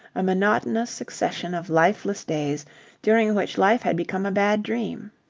a monotonous succession of lifeless days during which life had become a bad dream.